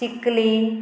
चिकली